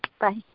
Bye